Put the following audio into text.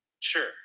sure